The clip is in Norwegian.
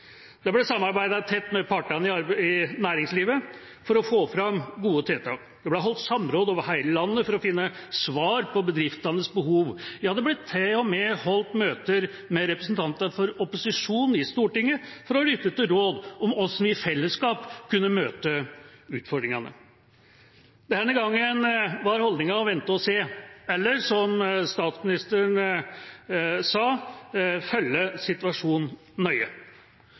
Det ble samarbeidet tett med partene i næringslivet for å få fram gode tiltak. Det ble holdt samråd over hele landet for å finne svar på bedriftenes behov. Ja, det ble til og med holdt møter med representanter for opposisjonen i Stortinget for å lytte til råd om hvordan vi i fellesskap kunne møte utfordringene. Denne gangen var holdningen vente-og-se, eller som statsministeren sa, følge situasjonen nøye.